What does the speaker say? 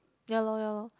ya lor ya lor